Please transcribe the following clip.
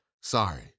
Sorry